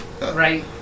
right